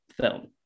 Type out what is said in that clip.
film